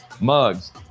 mugs